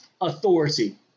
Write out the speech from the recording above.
authority